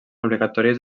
obligatòries